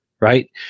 right